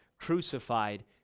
crucified